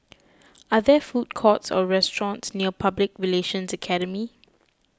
are there food courts or restaurants near Public Relations Academy